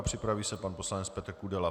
Připraví se pan poslanec Petr Kudela.